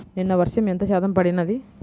నిన్న వర్షము ఎంత శాతము పడినది?